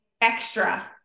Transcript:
extra